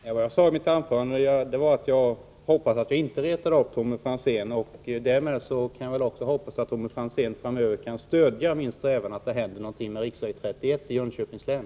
Herr talman! Vad jag sade i mitt anförande var att jag hoppades att jag inte retade upp Tommy Franzén. Därmed hoppas jag också att Tommy Franzén framöver kan stödja min önskan att det skall hända någonting med riksväg 31 i Jönköpings län.